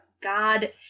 God